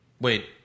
wait